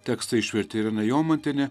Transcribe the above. tekstą išvertė irena jomantienė